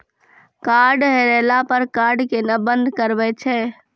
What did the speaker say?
Card हेरैला पर card केना बंद करबै छै?